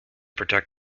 protect